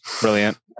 Brilliant